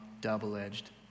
double-edged